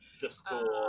Discord